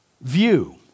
view